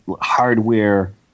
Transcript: hardware